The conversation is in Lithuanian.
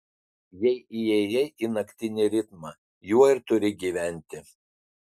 jei įėjai į naktinį ritmą juo ir turi gyventi